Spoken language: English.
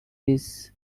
his